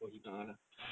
(uh huh) lah